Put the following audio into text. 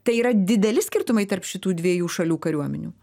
tai yra dideli skirtumai tarp šitų dviejų šalių kariuomenių